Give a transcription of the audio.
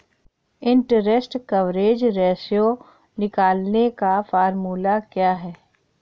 Interest coverage ratio निकालने का formula क्या है?